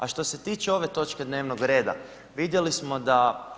A što se tiče ove točke dnevnog reda vidjeli smo da